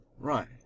right